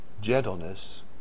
gentleness